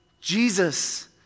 Jesus